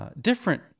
Different